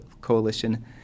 Coalition